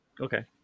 Okay